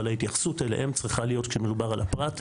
אבל ההתייחסות אליהם צריכה להיות כשמדובר על הפרט,